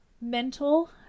mental